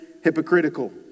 hypocritical